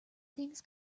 things